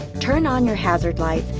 turn on your hazard lights,